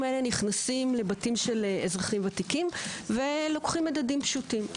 נכנסים לבתים של אזרחים ותיקים ולוקחים מדדים פשוטים.